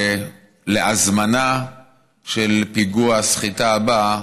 ולהזמנה של פיגוע הסחיטה הבא,